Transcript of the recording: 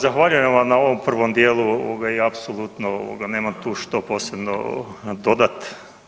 Pa zahvaljujem vam na ovom prvom dijelu i apsolutno nemam tu što posebno dodati.